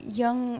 young